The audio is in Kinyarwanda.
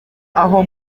aho